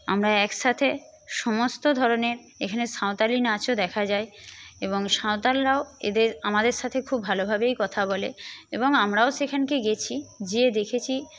আমরা একসাথে সমস্ত ধরনের এখানে সাঁওতালি নাচও দেখা যায় এবং সাঁওতালরাও এদের আমাদের সাথে খুব ভালোভাবেই কথা বলে এবং আমরাও সেখানকে গেছি যেয়ে দেখেছি